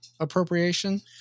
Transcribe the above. Appropriation